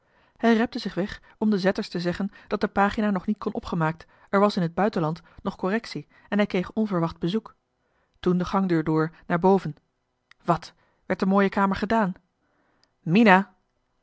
hij repte zich weg om den zetters te zeggen dat de pagina nog niet kon opgemaakt er was in het buitenland nog correctie en hij kreeg onverwacht bezoek toen de gangdeur door naar boven wàt werd de mooie kamer gedaan mina